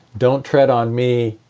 don't tread on me,